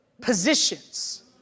positions